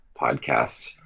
podcasts